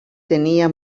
tenia